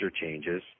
changes